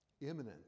Imminent